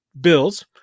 Bills